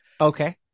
Okay